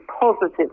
positive